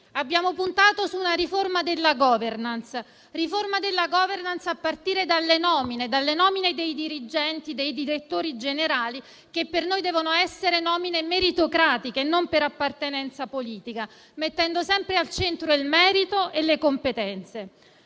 Abbiamo puntato su una riforma della *governance*, a partire dalle nomine dei dirigenti e dei direttori generali, che per noi devono essere meritocratiche e non per appartenenza politica, mettendo sempre al centro il merito e le competenze.